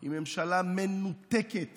היא ממשלה מנותקת